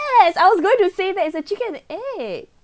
as I was going to say that it's a chicken and egg